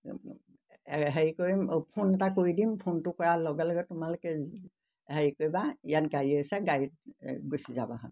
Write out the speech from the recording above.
হেৰি কৰিম অ' ফোন এটা কৰি দিম ফোনটো কৰাৰ লগে লগে তোমালোকে হেৰি কৰিবা ইয়াত গাড়ী আছে গাড়ীত গুচি যাবহঁত